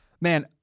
Man